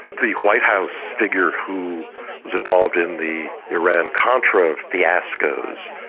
the white house figure who was involved in the iran contra fiascos,